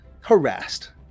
harassed